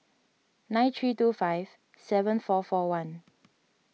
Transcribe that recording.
nine three two five seven four four one